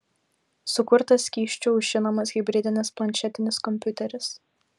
sukurtas skysčiu aušinamas hibridinis planšetinis kompiuteris